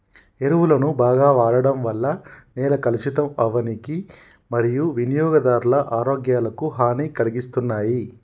ఎరువులను బాగ వాడడం వల్ల నేల కలుషితం అవ్వనీకి మరియూ వినియోగదారుల ఆరోగ్యాలకు హనీ కలిగిస్తున్నాయి